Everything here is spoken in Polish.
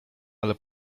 ale